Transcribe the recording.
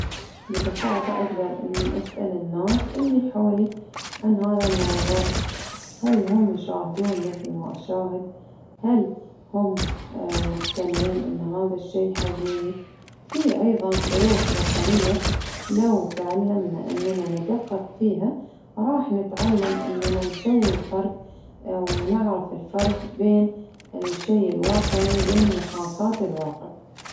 ببساطة أقدر إني أسأل الناس اللي حولي عن هذا الموضوع، هل هم يشاهدون مثل ما أشاهد؟ هل هم مقتنعين إن هذا الشي حقيقي؟ في أيضا فروق بصرية لو تعلمنا أننا ندقق فيها، راح نتعلم نسوي الفرق ونعرف الفرق بين الشي الواقعي وبين محاكاة الواقع.